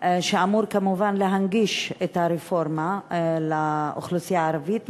שאמור כמובן להנגיש את הרפורמה לאוכלוסייה הערבית,